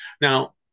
now